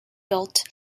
built